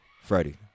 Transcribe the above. Freddie